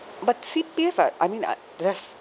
but C_P_F uh I mean uh there's